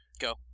Go